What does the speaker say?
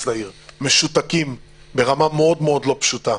לעיר משותקים ברמה מאוד מאוד לא פשוטה.